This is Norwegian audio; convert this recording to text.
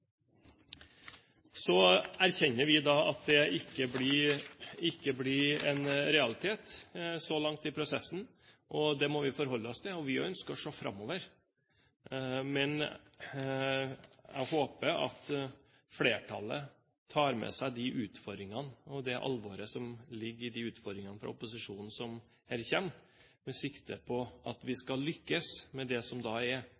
Så erkjenner vi da at det ikke blir en realitet så langt i prosessen, og det må vi forholde oss til. Vi ønsker å se framover, men jeg håper at flertallet tar med seg de utfordringene og det alvoret som ligger i utfordringene fra opposisjonen som her kommer, med sikte på at vi skal lykkes med det som er